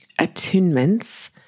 attunements